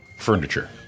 furniture